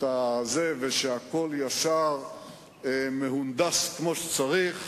זה מזכיר לי סיפור על אחד שפרסם מודעה בעיתון,